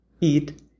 eat